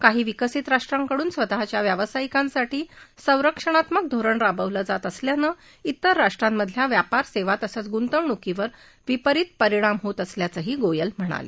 काही विकसीत राष्ट्रांकडून स्वतःच्या व्यावसायिकांसाठी संरक्षणात्मक धोरण राबवलं जात असल्यानं इतर राष्ट्रांमधल्या व्यापार सेवा तसंच गुंतवणूकीवर विपरित परिणाम होत असल्याचंही गोयल म्हणाले